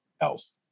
else